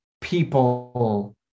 people